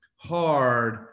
hard